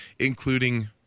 Including